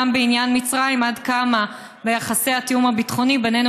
גם בעניין מצרים: עד כמה ביחסי התיאום הביטחוני בינינו